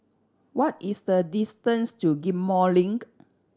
what is the distance to Ghim Moh Link